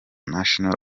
national